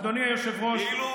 אדוני היושב-ראש, אתה מבין?